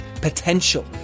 potential